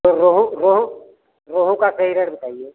और रोहू रोहू रोहू रोहू का सही रेट बताईये